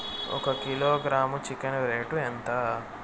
ఒక kilogram chicken rate ఎంత?